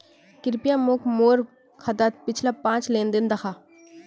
कृप्या मोक मोर खातात पिछला पाँच लेन देन दखा